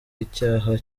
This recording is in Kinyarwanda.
icyaha